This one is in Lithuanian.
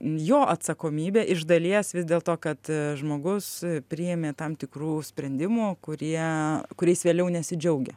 jo atsakomybė iš dalies vis dėl to kad žmogus priėmė tam tikrų sprendimų kurie kuriais vėliau nesidžiaugia